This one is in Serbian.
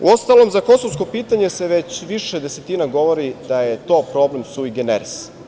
Uostalom, za kosovsko pitanje se već više desetina godina govori da je to problem "sui generis"